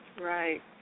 right